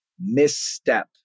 misstep